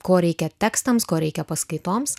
ko reikia tekstams ko reikia paskaitoms